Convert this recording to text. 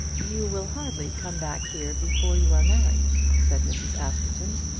you will hardly come back here before you are married, said mrs. askerton.